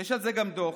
יש על זה גם דוח,